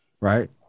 right